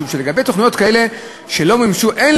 משום שלגבי תוכניות כאלה שלא מומשו אין